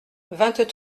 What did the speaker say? vingt